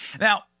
Now